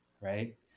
right